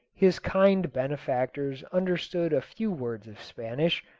his kind benefactors understood a few words of spanish,